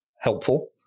helpful